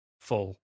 full